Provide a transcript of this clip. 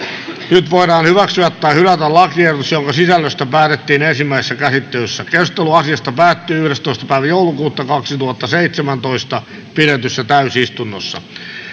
nyt voidaan hyväksyä tai hylätä lakiehdotus jonka sisällöstä päätettiin ensimmäisessä käsittelyssä keskustelu asiasta päättyi yhdestoista kahdettatoista kaksituhattaseitsemäntoista pidetyssä täysistunnossa